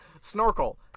Snorkel